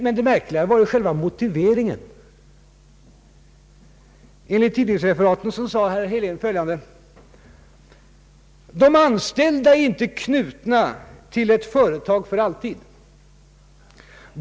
Men det märkliga var själva motiveringen. Enligt tidningsreferaten sade herr Helén följande: ”De anställda är inte knutna till ett företag för alltid.